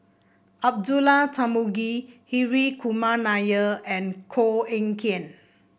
Abdullah Tarmugi Hri Kumar Nair and Koh Eng Kian